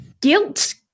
guilt